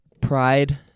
pride